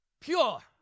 pure